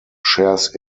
shares